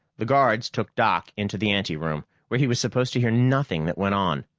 the guards took doc into the anteroom, where he was supposed to hear nothing that went on.